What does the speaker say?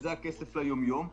בזמן המשבר,